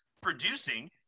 producing